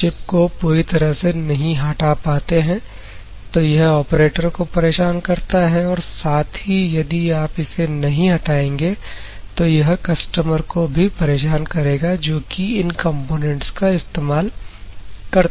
chip को पूरी तरह से नहीं हटा पाते हैं तो यह ऑपरेटर को परेशान करता है और साथ ही यदि आप इसे नहीं हटाएंगे तो यह कस्टमर को भी परेशान करेगा जो कि इन कंपोनेंट्स का इस्तेमाल करते हैं